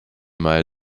mal